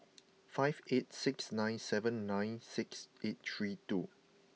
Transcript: five eight six nine seven nine six eight three two